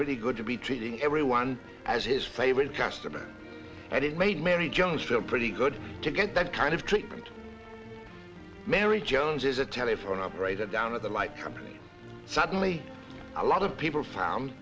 pretty good to be treating everyone as his favorite customer and it made mary jones feel pretty good to get that kind of treatment mary jones is a telephone operator down at the light company suddenly a lot of people found